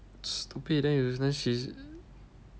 stupid then you then she